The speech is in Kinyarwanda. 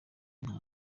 nta